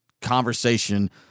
conversation